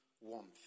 warmth